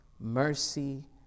Mercy